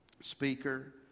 speaker